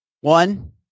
One